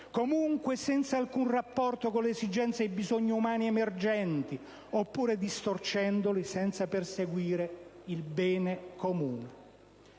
comunque senza alcun rapporto con le esigenze e i bisogni umani emergenti, oppure distorcendoli senza perseguire il bene comune".